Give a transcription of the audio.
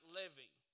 living